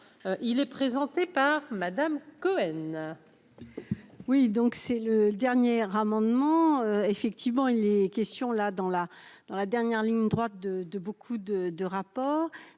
il est présenté par Madame Cohen. Oui, donc c'est le dernier amendement, effectivement, il est question là dans la dans la dernière ligne droite de de beaucoup de de rapport,